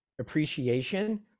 appreciation